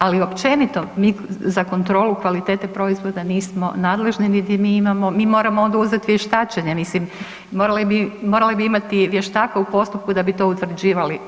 Ali općenito mi, za kontrolu kvalitete proizvoda nismo nadležni niti mi imamo, mi moramo oduzeti vještačenje, mislim, morali bi imati vještaka u postupku da bi to utvrđivali.